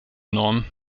normen